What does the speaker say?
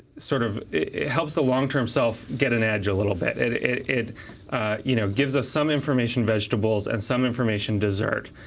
sort of it helps the long-term self get an edge a little bit. it it you know gives us some information vegetables and some information dessert,